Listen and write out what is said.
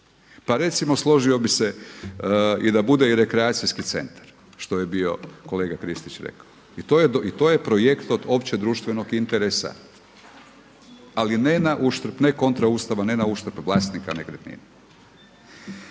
Pa recimo složio bih se i da bude i rekreacijski centar što je bio kolega Kristić rekao. I to je projekt od općeg društvenog interesa ali ne na uštrb, ne kontra Ustava, ne na uštrb vlasnika nekretnina.